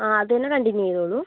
ആ അതുതന്നെ കണ്ടിന്യു ചെയ്തോളൂ